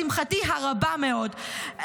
לשמחתי הרבה מאוד,